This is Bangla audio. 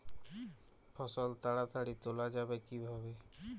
ফসল তাড়াতাড়ি তোলা যাবে কিভাবে?